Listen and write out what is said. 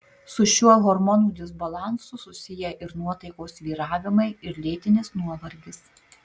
su šiuo hormonų disbalansu susiję ir nuotaikos svyravimai ir lėtinis nuovargis